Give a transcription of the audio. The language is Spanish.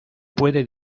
puede